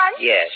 Yes